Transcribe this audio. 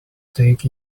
take